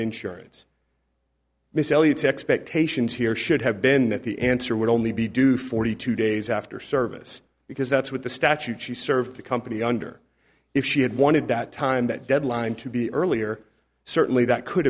elliot's expectations here should have been that the answer would only be due forty two days after service because that's what the statute she served the company under if she had wanted that time that deadline to be earlier certainly that could